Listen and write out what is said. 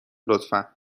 لطفا